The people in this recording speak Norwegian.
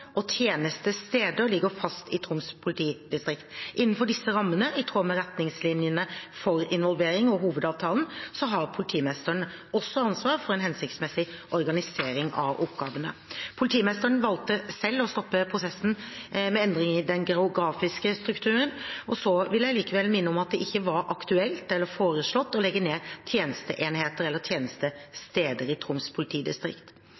og tjenestesteder ligger fast i Troms politidistrikt. Innenfor disse rammene, i tråd med retningslinjer for involvering og hovedavtalen, har politimesteren også ansvar for en hensiktsmessig organisering av oppgavene. Politimesteren valgte selv å stoppe prosessen med endringer i den geografiske strukturen. Jeg vil likevel minne om at det ikke var aktuelt – eller foreslått – å legge ned tjenesteenheter eller tjenestesteder i Troms politidistrikt.